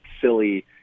silly